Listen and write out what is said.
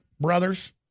brothers